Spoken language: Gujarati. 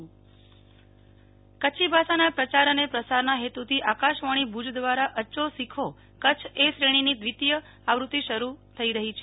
નેહલ ઠક્કર આકાશવાણી કચ્છી ભાષા કચ્છી ભાષાના પ્રચાર અને પ્રસારના હેતુથી આકાશવાણી ભુજ દ્વારા અચો શીખો કચ્છ એ શ્રેણીની દ્વિતીય આવ્રતી શરૂ થઈ રહી છે